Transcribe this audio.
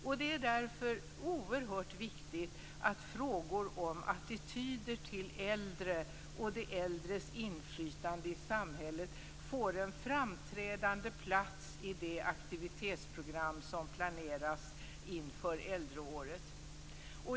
Därför är det oerhört viktigt att frågor om attityder till äldre och de äldres inflytande i samhället får en framträdande plats i det aktivitetsprogram som planeras inför äldreåret.